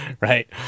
Right